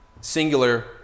singular